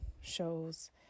shows